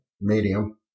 Medium